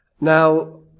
Now